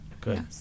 good